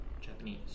japanese